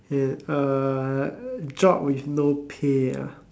uh job with no pay ah